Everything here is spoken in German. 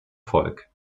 volk